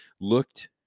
looked